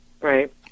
Right